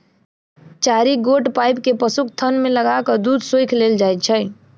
चारि गोट पाइप के पशुक थन मे लगा क दूध सोइख लेल जाइत छै